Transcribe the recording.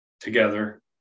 together